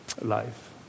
life